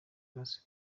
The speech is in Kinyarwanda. classic